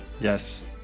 Yes